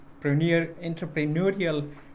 entrepreneurial